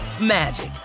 magic